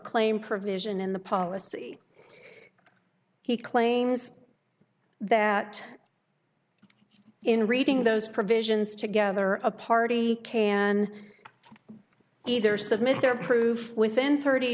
claim provision in the policy he claims that in reading those provisions together a party and either submit their proof within thirty